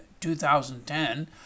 2010